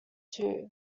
too